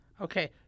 Okay